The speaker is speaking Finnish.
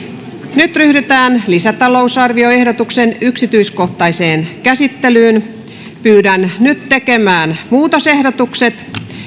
nyt ryhdytään lisätalousarvioehdotuksen yksityiskohtaiseen käsittelyyn pyydän tekemään muutosehdotukset